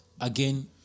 again